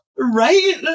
Right